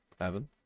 Evan